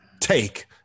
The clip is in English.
take